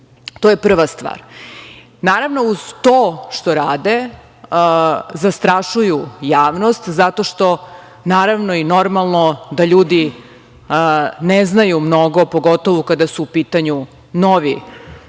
To je prva stvar. Uz to što rade, zastrašuju javnost zato što naravno i normalno je da ljudi ne znaju mnogo, pogotovo kada su u pitanju nove